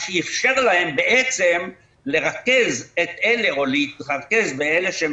מה שאִפשר להם בעצם להתרכז באלה שהם